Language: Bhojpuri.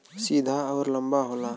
सीधा अउर लंबा होला